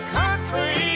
country